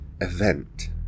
event